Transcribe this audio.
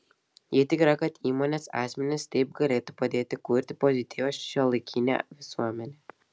ji tikra kad įmonės asmenys taip galėtų padėti kurti pozityvią šiuolaikinę visuomenę